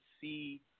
see